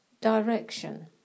direction